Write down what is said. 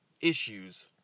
issues